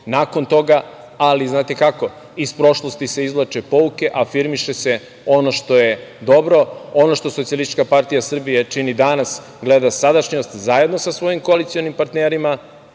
nakon toga, ali znate kako, iz prošlosti se izvlače pouke, afirmiše se ono što je dobro. Ono što SPS čini danas – gleda sadašnjost, zajedno sa svojim koalicionim partnerima